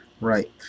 Right